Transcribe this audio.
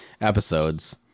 episodes